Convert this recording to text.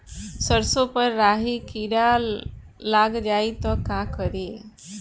सरसो पर राही किरा लाग जाई त का करी?